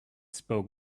spoke